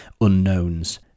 unknowns